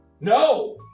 No